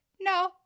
No